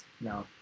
No